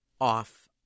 off